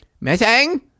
missing